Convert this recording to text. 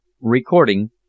Recording